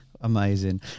amazing